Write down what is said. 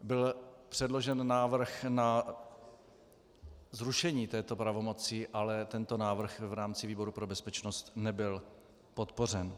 Byl předložen návrh na zrušení této pravomoci, ale tento návrh v rámci výboru pro bezpečnost nebyl podpořen.